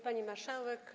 Pani Marszałek!